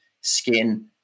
skin